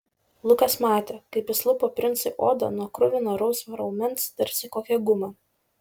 lukas matė kaip jis lupo princui odą nuo kruvino rausvo raumens tarsi kokią gumą